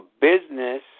business